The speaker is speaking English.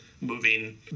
moving